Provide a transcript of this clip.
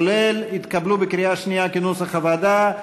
כולל, התקבלו בקריאה שנייה כנוסח הוועדה.